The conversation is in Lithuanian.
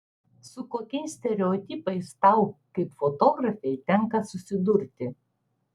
su kokiais stereotipais tau kaip fotografei tenka susidurti